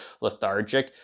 lethargic